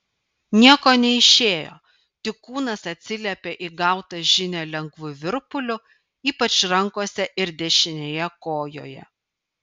nieko neišėjo tik kūnas atsiliepė į gautą žinią lengvu virpuliu ypač rankose ir dešinėje kojoje